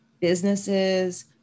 businesses